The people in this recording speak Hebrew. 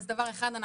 אז דבר אחד,